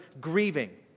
grieving